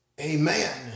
Amen